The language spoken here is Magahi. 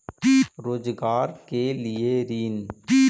रोजगार के लिए ऋण?